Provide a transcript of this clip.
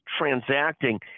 transacting